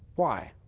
why?